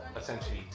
essentially